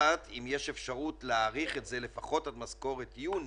בהתייחס לגודל המענק בהתאם למחזור הכלכלי של החודשים